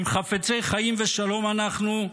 אם חפצי חיים ושלום אנחנו,